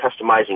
customizing